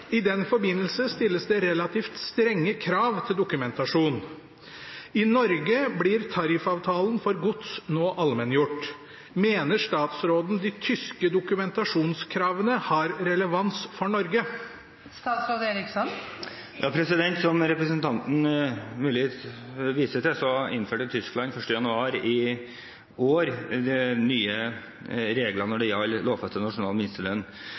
I den forbindelse stilles det relativt strenge krav til dokumentasjon. I Norge blir tariffavtalen for gods nå allmenngjort. Mener statsråden de tyske dokumentasjonskravene har relevans for Norge?» Som representanten Myrli viser til, innførte Tyskland 1. januar i år nye regler når det gjelder lovfestet nasjonal minstelønn.